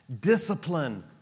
Discipline